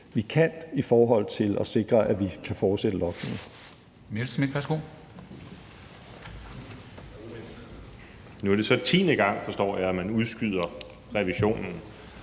vi kan, i forhold til at sikre, at vi kan fortsætte logningen.